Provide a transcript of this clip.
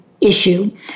issue